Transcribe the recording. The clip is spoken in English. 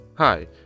Hi